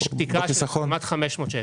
יש תקרה של כמעט 500 ₪,